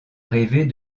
rêver